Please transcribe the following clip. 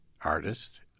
artist